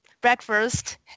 breakfast